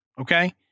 Okay